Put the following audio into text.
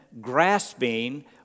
grasping